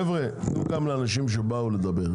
חבר'ה, תנו לאנשים שבאו גם לדבר.